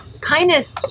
kindness